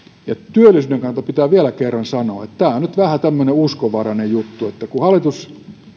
työllisyyden kannalta pitää vielä kerran sanoa että tämä on nyt vähän tämmöinen uskonvarainen juttu että kun hallitus